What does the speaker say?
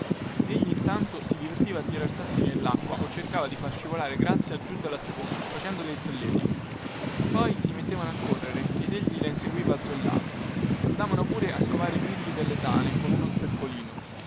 nessuno egli intanto si divertiva a tirar sassi nellacqua o cercava di far scivolare grazia giù dalla sponda facendole il solletico poi si mettevano a correre ed egli la inseguiva a zollate andavano pure a scovare i grilli dalle tane con uno sterpolino